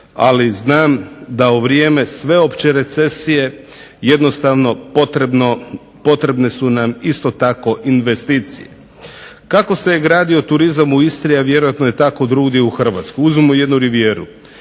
ali znam da u vrijeme sveopće recesije potrebne su nam isto tako investicije. Kako se gradio turizam u Istri a vjerojatno je tako drugdje u Hrvatskoj. Uzmimo jednu Rivijeru.